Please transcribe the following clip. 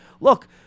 look—